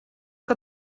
que